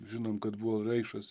žinom kad buvo raišas